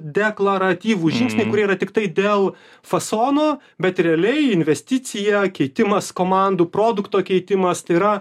deklaratyvūs žingsniai kurie yra tiktai dėl fasono bet realiai investicija keitimas komandų produkto keitimas tai yra